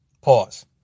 Pause